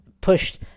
pushed